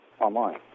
online